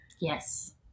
Yes